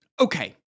Okay